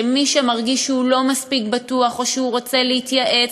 שמי שמרגיש שהוא לא מספיק בטוח או שהוא רוצה להתייעץ,